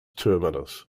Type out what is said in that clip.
terminus